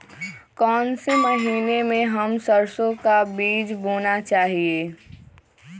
कौन से महीने में हम सरसो का बीज बोना चाहिए?